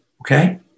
Okay